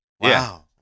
Wow